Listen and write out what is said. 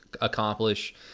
accomplish